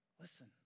Listen